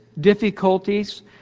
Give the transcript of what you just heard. difficulties